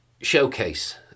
showcase